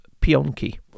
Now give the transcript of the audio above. Pionki